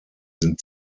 sind